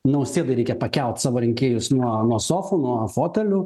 nausėdai reikia pakelt savo rinkėjus nuo nuo sofų nuo fotelių